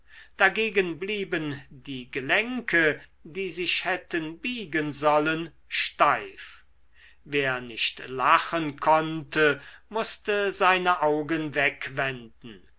dagegen blieben die gelenke die sich hätten biegen sollen steif wer nicht lachen konnte mußte seine augen wegwenden